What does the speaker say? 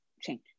change